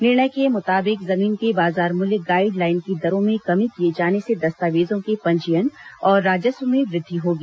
निर्णय के मुताबिक जमीन के बाजार मूल्य गाइड लाइन की दरों में कमी किए जाने से दस्तावेजों के पंजीयन और राजस्व में वृद्धि होगी